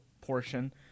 portion